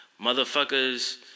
Motherfuckers